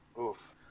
Oof